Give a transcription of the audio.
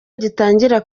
agitangira